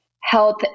Health